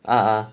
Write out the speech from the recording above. ah ah